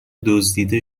دزدیده